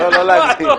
לא, לא להגזים.